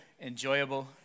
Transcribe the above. enjoyable